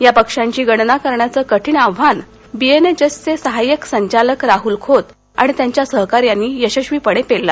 या पक्ष्यांची गणना करण्याचं कठीण आव्हान बीएनएचएसचे सहाय्यक संचालक राहल खोत आणि त्यांच्या सहकाऱ्यांनी यशस्वीपणे पेललं